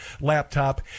laptop